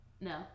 No